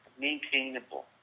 maintainable